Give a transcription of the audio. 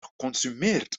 geconsumeerd